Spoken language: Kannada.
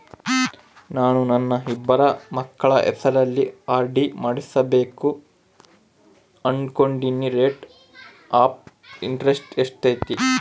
ನಾನು ನನ್ನ ಇಬ್ಬರು ಮಕ್ಕಳ ಹೆಸರಲ್ಲಿ ಆರ್.ಡಿ ಮಾಡಿಸಬೇಕು ಅನುಕೊಂಡಿನಿ ರೇಟ್ ಆಫ್ ಇಂಟರೆಸ್ಟ್ ಎಷ್ಟೈತಿ?